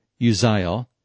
Uziel